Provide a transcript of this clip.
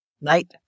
night